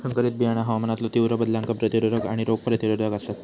संकरित बियाणा हवामानातलो तीव्र बदलांका प्रतिरोधक आणि रोग प्रतिरोधक आसात